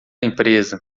empresa